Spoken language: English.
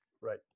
Right